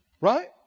Right